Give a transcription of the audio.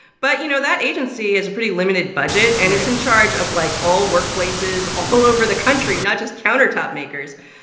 but, you know, that agency has a pretty limited budget right and it's in charge of, like, all workplaces all over the country, not just countertop makers.